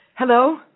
Hello